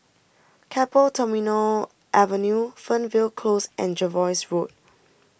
Keppel Terminal Avenue Fernvale Close and Jervois Road